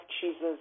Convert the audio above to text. Jesus